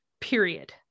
period